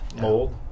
mold